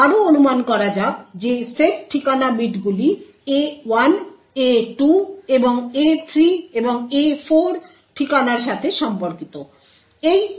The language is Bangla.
আরও অনুমান করা যাক যে সেট ঠিকানা বিটগুলি A1 A2 এবং A3 এবং A4 ঠিকানাগুলির সাথে সম্পর্কিত